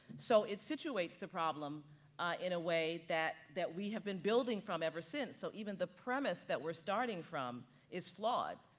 so it situates the problem in a way that that we have been building from ever since. so even the premise that we're starting from is flawed.